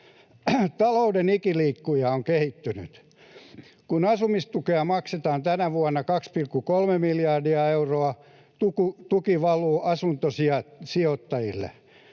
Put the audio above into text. Talouden ikiliikkuja on kehittynyt. Kun asumistukea maksetaan tänä vuonna 2,3 miljardia euroa, tuki valuu asuntosijoittajille.